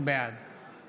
בעד